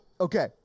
Okay